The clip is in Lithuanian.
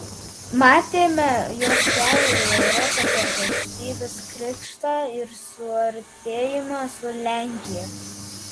matėme jos kelią į europą per valstybės krikštą ir suartėjimą su lenkija